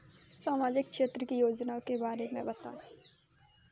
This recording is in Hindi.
सामाजिक क्षेत्र की योजनाओं के बारे में बताएँ?